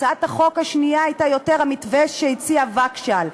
הצעת החוק השנייה הייתה יותר המתווה שהציע וגשל.